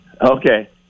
Okay